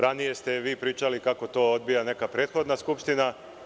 Ranije ste pričali kako to odbija neka prethodna skupština.